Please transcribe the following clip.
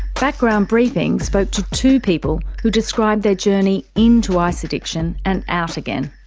background briefing spoke to two people who described their journey into ice addiction and out again.